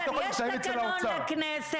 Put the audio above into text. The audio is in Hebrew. בסדר, יש תקנון לכנסת.